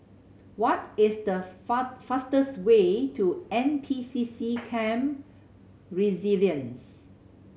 what is the fastest way to N P C C Camp Resilience